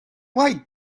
white